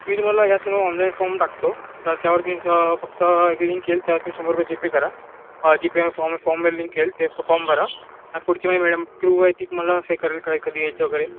मी तुम्हाला ह्याच नंबरवर ऑनलाईन फॉम टाकतो तर त्यावर तुम्ही फक्त एक लिंक येईल त्यावर तुम्ही शंभर रुपये जीपे करा जीपे फॉर्म फॉर्म वगैरे लिंक येईल ते फॉर्म भरा पुढच्या मं मॅडम क्रू आहे ती तुम्हाला हे करेल काय कधी यायचे वगैरे